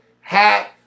hat